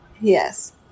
Yes